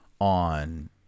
on